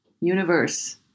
universe